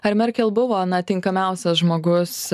ar merkel buvo na tinkamiausias žmogus